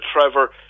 Trevor